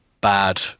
bad